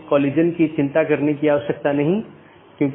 क्योंकि यह एक बड़ा नेटवर्क है और कई AS हैं